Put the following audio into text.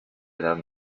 edad